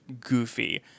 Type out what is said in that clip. goofy